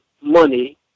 money